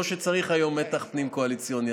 לא שצריך היום מתח פנים קואליציוני,